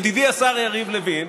ידידי השר יריב לוין,